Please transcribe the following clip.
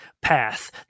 path